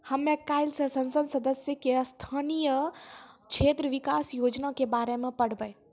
हमे काइल से संसद सदस्य के स्थानीय क्षेत्र विकास योजना के बारे मे पढ़बै